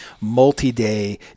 multi-day